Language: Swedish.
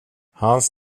hans